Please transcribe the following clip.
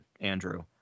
Andrew